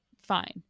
fine